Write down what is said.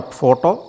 photo